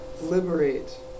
Liberate